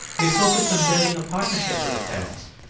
they focused on building a partnership with the parents.